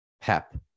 Pep